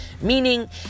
Meaning